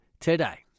today